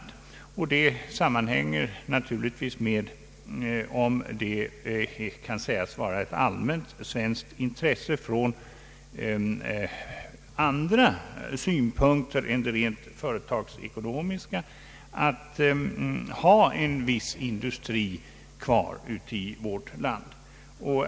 Det sammanhänger naturligtvis med om det kan sägas vara ett allmänt svenskt intresse från andra synpunkter än de rent företagsekonomiska att ha en viss industri kvar i vårt land.